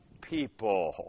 people